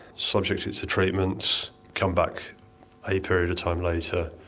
subject it to treatment, come back a period of time later,